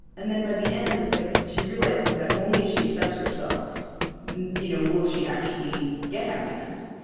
and then, by the end, it's like she realizes that only if she accepts herself you know will she actually get happiness.